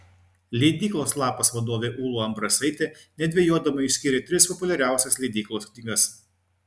leidyklos lapas vadovė ūla ambrasaitė nedvejodama išskyrė tris populiariausias leidyklos knygas